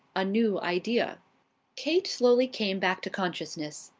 a new idea kate slowly came back to consciousness.